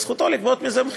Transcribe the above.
וזכותו לגבות על זה מחיר.